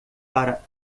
para